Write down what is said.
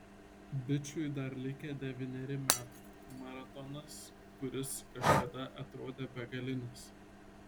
bičui dar likę devyneri metai maratonas kuris kažkada atrodė begalinis